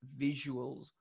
visuals